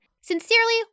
Sincerely